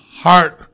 heart